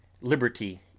Liberty